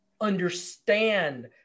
understand